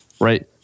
right